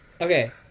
Okay